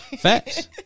Facts